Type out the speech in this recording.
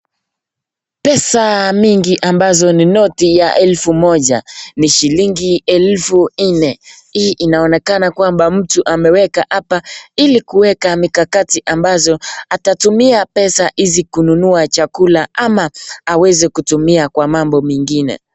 Pesa mingi ambazo ni noti ya elfu moja. Ni shilingi elfu nne. Hii inaonekana kwamba mtu ameweka hapa ili kuweka mikakati ambazo atatumia pesa hizi kununua chakula ama aweze kutumia kwa mambo mengine.